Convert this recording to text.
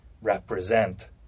represent